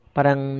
Parang